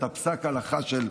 את פסק ההלכה של,